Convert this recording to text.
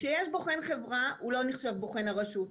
כשיש בוחן חברה הוא לא נחשב בוחן הרשות.